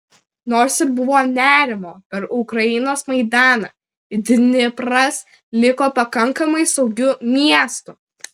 nors ir buvo nerimo per ukrainos maidaną dnipras liko pakankamai saugiu miestu